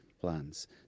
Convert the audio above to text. plans